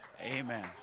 Amen